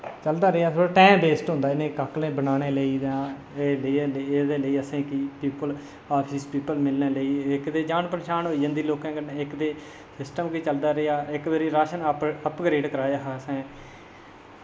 चलदा रेहा थोह्ड़ा इंया टैम वेस्ट होंदा ऐ काकलें बनाने लेई जां एह्दे लेई असेंगी बिलकुल इक्क ते जान पहचान होंदी लोकें कन्नै ते सिस्टम बी चलदा रेहा इक्क बारी आपें रेट कराया हा असें